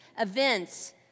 events